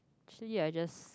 actually I just